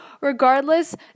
Regardless